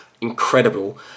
incredible